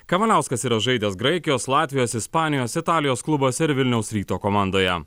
kavaliauskas yra žaidęs graikijos latvijos ispanijos italijos klubuose ir vilniaus ryto komandoje